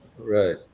Right